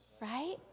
Right